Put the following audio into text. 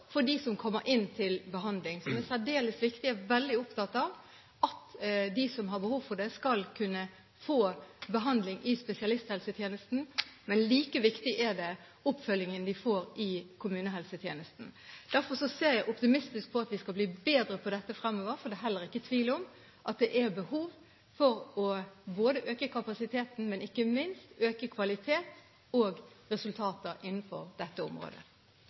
for dem som kommer inn til behandling, som er særdeles viktig. Jeg er veldig opptatt av at de som har behov for det, skal kunne få behandling i spesialisthelsetjenesten, men like viktig er den oppfølgingen de får i kommunehelsetjenesten. Derfor ser jeg optimistisk på at vi skal bli bedre på dette fremover, for det er heller ikke tvil om at det er behov for å øke både kapasiteten og ikke minst kvaliteten og resultatene innenfor dette området.